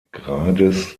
grades